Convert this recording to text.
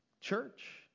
church